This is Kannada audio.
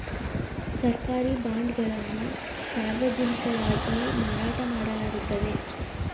ಸರ್ಕಾರಿ ಬಾಂಡ್ ಗಳನ್ನು ಸಾರ್ವಜನಿಕವಾಗಿ ಮಾರಾಟ ಮಾಡಲಾಗುತ್ತದೆ